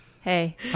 Hey